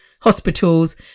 Hospitals